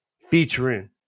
featuring